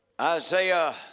Isaiah